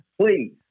Please